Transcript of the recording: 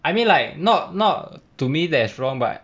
I mean like not not to me that it's wrong but